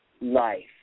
life